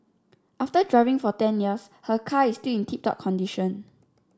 after driving for ten years her car is still in tip top condition